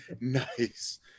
Nice